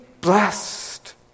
blessed